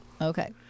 Okay